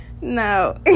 No